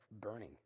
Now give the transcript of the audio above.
burning